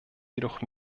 jedoch